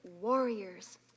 warriors